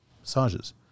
massages